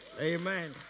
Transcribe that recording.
Amen